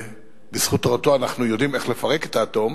שבזכותו אנחנו יודעים איך לפרק את האטום,